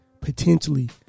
potentially